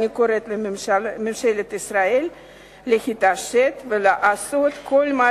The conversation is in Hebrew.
אני קוראת לממשלת ישראל להתעשת ולעשות כל מה